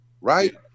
right